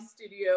studio